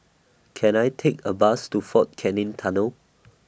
Can I Take A Bus to Fort Canning Tunnel